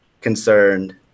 concerned